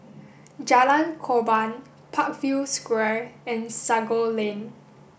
Jalan Korban Parkview Square and Sago Lane